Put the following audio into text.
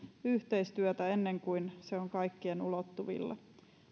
yhteistyötä ennen kuin se on kaikkien ulottuvilla